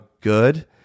good